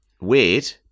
Weird